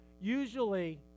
Usually